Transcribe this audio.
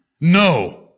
No